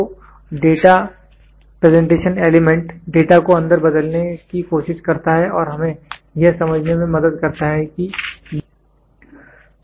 तो data presentation element data को अंदर बदलने की कोशिश करता है और हमें यह समझने में मदद करता है कि यह क्या है